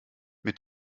mit